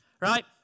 right